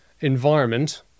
environment